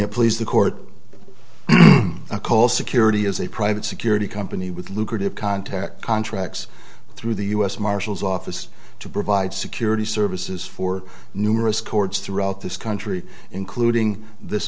have please the court a call security is a private security company with lucrative contact contracts through the u s marshals office to provide security services for numerous courts throughout this country including this